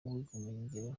ubumenyingiro